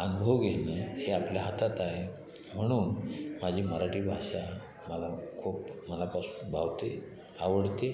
अनुभव घेणे हे आपल्या हातात आहे म्हणून माझी मराठी भाषा मला खूप मनापासून भावते आवडते